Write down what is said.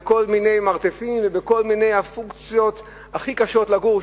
בכל מיני מרתפים ובכל מיני פונקציות הכי קשות לגור,